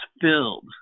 filled